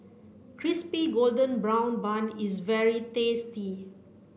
crispy golden brown bun is very tasty